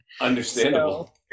Understandable